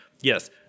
yes